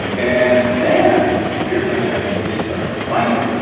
and then you're going to actually start liking